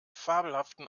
fabelhaften